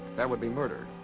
that would be murder.